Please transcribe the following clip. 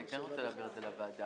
אני כן רוצה להבהיר לוועדה,